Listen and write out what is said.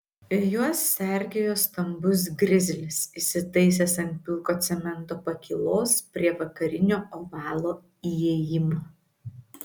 juos sergėjo stambus grizlis įsitaisęs ant pilko cemento pakylos prie vakarinio ovalo įėjimo